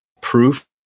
proof